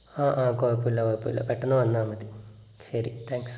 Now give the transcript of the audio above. ആ ആ കുഴപ്പമില്ല കുഴപ്പമില്ല പെട്ടെന്ന് വന്നാൽ മതി ശരി താങ്ക്സ്